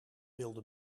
wilde